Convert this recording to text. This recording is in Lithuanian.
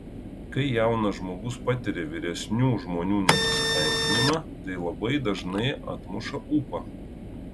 kai jaunas žmogus patiria vyresnių žmonių nepasitenkinimą tai labai dažnai atmuša ūpą